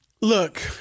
Look